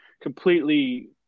completely